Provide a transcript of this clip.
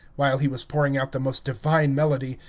while he was pouring out the most divine melody,